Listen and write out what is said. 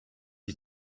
die